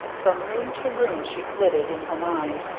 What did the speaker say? from room to room she flitted, in her mind,